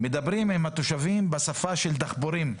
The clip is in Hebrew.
מדברים עם התושבים בשפה של דחפורים,